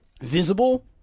visible